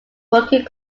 working